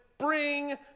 bring